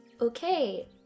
Okay